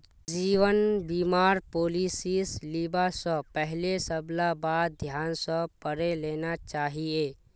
जीवन बीमार पॉलिसीस लिबा स पहले सबला बात ध्यान स पढ़े लेना चाहिए